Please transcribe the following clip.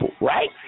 right